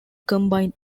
combined